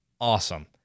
awesome